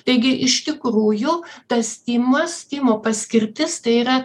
taigi iš tikrųjų tas stimas stimo paskirtis tai yra